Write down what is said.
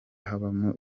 habamo